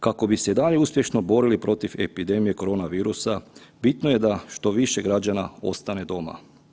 Kako bi se i dalje uspješno borili protiv epidemije korona virusa bitno je da što više građana ostane doma.